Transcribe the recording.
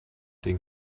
den